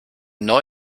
neu